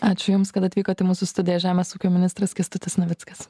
ačiū jums kad atvykot į mūsų studiją žemės ūkio ministras kęstutis navickas